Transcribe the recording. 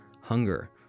hunger